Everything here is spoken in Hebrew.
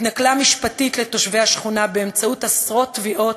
התנכלה משפטית לתושבי השכונה באמצעות עשרות תביעות